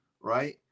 Right